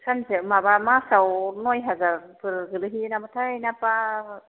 सानसेआव माबा मासाव नइहाजारफोर गोग्लैहोयो नामाथाइ ना बार'